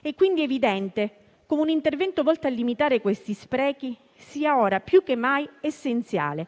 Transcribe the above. È quindi evidente che un intervento volto a limitare questi sprechi sia ora più che mai essenziale,